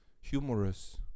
humorous